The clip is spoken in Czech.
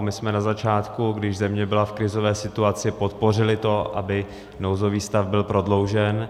My jsme na začátku, když země byla v krizové situaci, podpořili to, aby nouzový stav byl prodloužen.